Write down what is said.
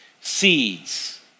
seeds